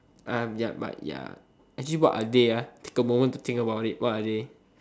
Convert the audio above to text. yup but ya actually what are they take a moment to think about it what are they